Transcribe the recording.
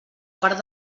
part